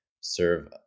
serve